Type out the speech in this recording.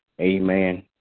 Amen